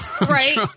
Right